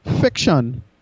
fiction